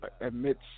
admits